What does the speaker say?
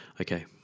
Okay